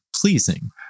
pleasing